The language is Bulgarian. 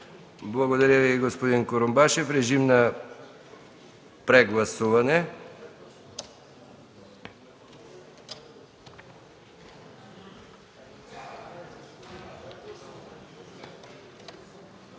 Благодаря Ви, господин Курумбашев. Режим на прегласуване.